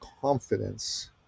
confidence